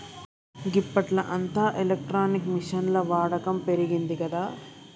గిప్పట్ల అంతా ఎలక్ట్రానిక్ మిషిన్ల వాడకం పెరిగిందిగదా